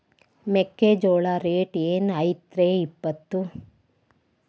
ಮೆಕ್ಕಿಜೋಳ ರೇಟ್ ಏನ್ ಐತ್ರೇ ಇಪ್ಪತ್ತು?